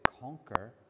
conquer